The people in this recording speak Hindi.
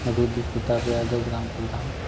रुद्र प्रताप यादव ग्राम प्रधान